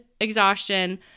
exhaustion